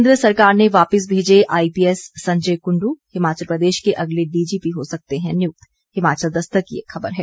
केंद्र सरकार ने वापिस भेजे आईपीएस संजय कुंडू हिमाचल प्रदेश के अगले डीजीपी हो सकते हैं नियुक्त हिमाचल दस्तक की एक खबर है